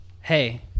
Hey